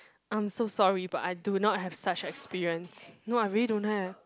I'm so sorry but I do not have such experience no I really don't have